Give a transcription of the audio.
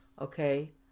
Okay